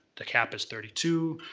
the cap is thirty two,